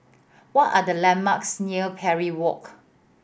what are the landmarks near Parry Walk